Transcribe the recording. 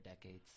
decades